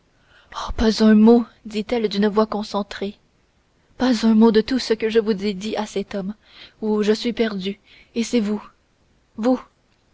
pas un mot dit-elle d'une voix concentrée pas un mot de tout ce que je vous ai dit à cet homme ou je suis perdue et c'est vous vous